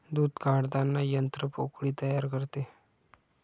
दूध काढताना यंत्र पोकळी तयार करते